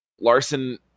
Larson